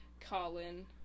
Colin